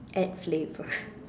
add flavor